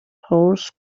horse